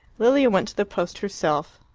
lilia went to the post herself.